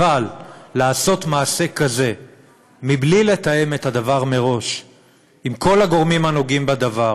אבל לעשות מעשה כזה מבלי לתאם את הדבר מראש עם כל הגורמים הנוגעים בדבר,